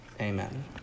Amen